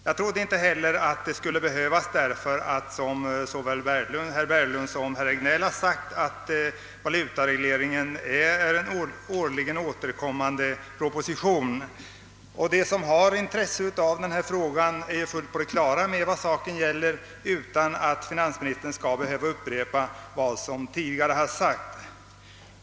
Jag trodde inte heller att sådan skulle behövas, därför att, såsom herr Berglund och herr Regnéll har påpekat, valutaregleringen behandlas i en årligen återkommande proposition. De som har intresse av denna fråga är fullt på det klara med vad den gäller, utan att finansministern behöver upprepa vad som tidigare har sagts.